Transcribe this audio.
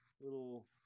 little